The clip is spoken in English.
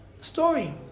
story